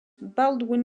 baldwin